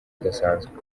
adasanzwe